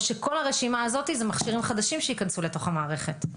או שכל הרשימה הזאת אלה מכשירים חדשים שייכנסו לתוך המערכת.